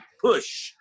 push